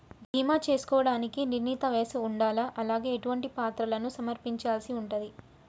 బీమా చేసుకోవడానికి నిర్ణీత వయస్సు ఉండాలా? అలాగే ఎటువంటి పత్రాలను సమర్పించాల్సి ఉంటది?